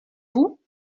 vous